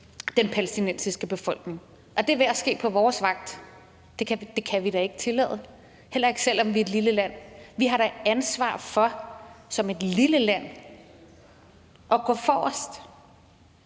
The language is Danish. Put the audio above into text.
den palæstinensiske befolkning, og det er ved at ske på vores vagt. Det kan vi da ikke tillade, heller ikke, selv om vi er et lille land. Vi har et ansvar for som et lille land at gå forrest,